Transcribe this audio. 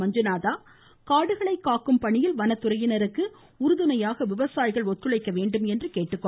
மஞ்சுநாதா காடுகளை காக்கும் பணியில் வனத்துறையினருக்கு உறுதுணையாக விவசாயிகள் ஒத்துழைக்க வேண்டும் என்று கோரினார்